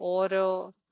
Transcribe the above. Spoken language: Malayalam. ഓരോ